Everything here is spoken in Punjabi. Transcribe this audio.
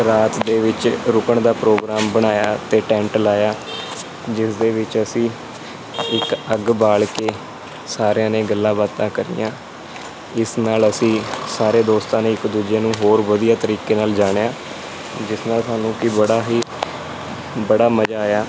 ਰਾਸਤੇ ਵਿੱਚ ਰੁਕਣ ਦਾ ਪ੍ਰੋਗਰਾਮ ਬਣਾਇਆ ਅਤੇ ਟੈਂਟ ਲਾਇਆ ਜਿਸ ਦੇ ਵਿੱਚ ਅਸੀਂ ਇੱਕ ਅੱਗ ਬਾਲ ਕੇ ਸਾਰਿਆਂ ਨੇ ਗੱਲਾਂ ਬਾਤਾਂ ਕਰੀਆਂ ਜਿਸ ਨਾਲ ਅਸੀਂ ਸਾਰੇ ਦੋਸਤਾਂ ਨੇ ਇੱਕ ਦੂਜੇ ਨੂੰ ਹੋਰ ਵਧੀਆ ਤਰੀਕੇ ਨਾਲ ਜਾਣਿਆ ਜਿਸ ਨਾਲ ਸਾਨੂੰ ਕਿ ਬੜਾ ਹੀ ਬੜਾ ਮਜ਼ਾ ਆਇਆ